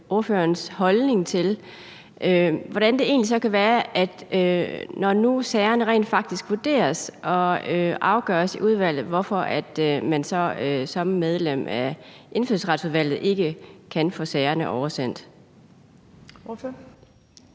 ordførerens holdning til, hvordan det kan være, når nu sagerne rent faktisk vurderes og afgøres i udvalget, at man som medlem af Indfødsretsudvalget ikke kan få sagerne oversendt. Kl.